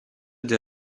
des